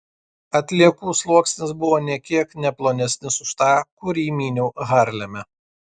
atliekų sluoksnis buvo nė kiek ne plonesnis už tą kurį myniau harleme